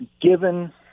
Given